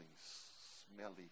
smelly